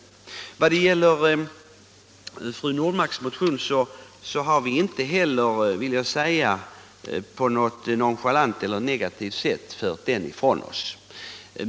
I vad gäller fru Normarks motion har vi inte heller på något nonchalant eller negativt sätt fört den ifrån oss.